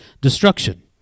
destruction